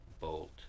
bolt